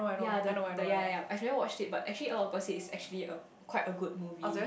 ya the the ya ya ya I never watch it but actually a lot of people said it's actually a quite a good movie